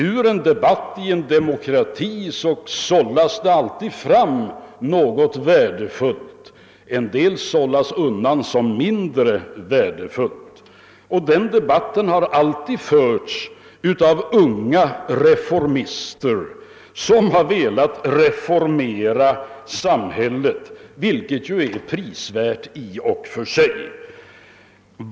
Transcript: Ur en debatt i en demokrati sållas det alltid fram något värdefullt. En del sållas undan såsom mindre värdefullt. Den debatten har alltid förts av unga reformister som velat reformera samhället, vilket ju i och för sig är prisvärt.